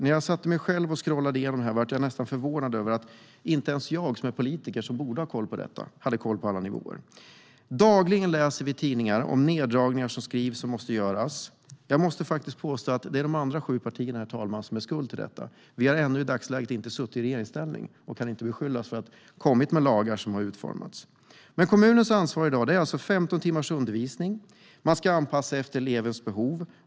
När jag själv satte mig och scrollade igenom det här blev jag nästan förvånad över att inte ens jag som är politiker och borde ha koll på detta hade koll på alla nivåer. Dagligen läser vi i tidningarna om neddragningar som måste göras. Jag måste faktiskt påstå, herr talman, att det är de andra sju partierna som är skulden till detta. Vi har ännu i dagsläget inte suttit i regeringsställning och kan inte beskyllas för att ha utformat och kommit med några lagar. Kommunens ansvar i dag är alltså 15 timmars undervisning. Man ska anpassa efter elevens behov.